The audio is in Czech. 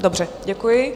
Dobře, děkuji.